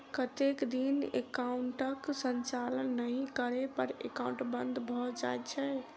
कतेक दिन एकाउंटक संचालन नहि करै पर एकाउन्ट बन्द भऽ जाइत छैक?